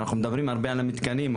אנחנו מדברים הרבה על המתקנים,